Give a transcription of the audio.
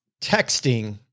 texting